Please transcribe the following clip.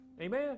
Amen